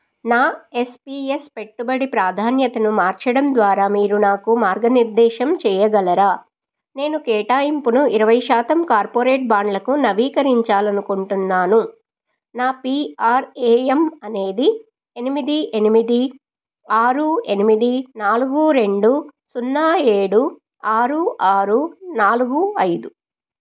నా S P S పెట్టుబడి ప్రాధాన్యతను మార్చడం ద్వారా మీరు నాకు మార్గనిర్దేశం చేయగలరా నేను కేటాయింపును ఇరవై శాతం కార్పొరేట్ బాండ్లకు నవీకరించాలి అనుకుంటున్నాను నా పీ ఆర్ ఏ ఎమ్ అనేది ఎనిమిది ఎనిమిది ఆరు ఎనిమిది నాలుగు రెండు సున్నా ఏడు ఆరు ఆరు నాలుగు ఐదు